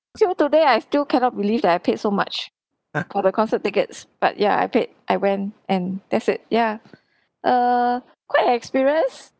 till today I still cannot believe that I paid so much for the concert tickets but ya I paid I went and that's it ya err quite an experience